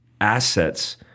assets